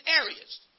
areas